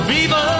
Viva